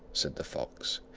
said the fox,